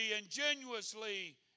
ingenuously